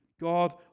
God